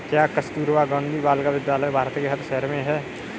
क्या कस्तूरबा गांधी बालिका विद्यालय भारत के हर शहर में है?